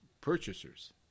purchasers